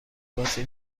بازی